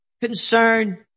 concern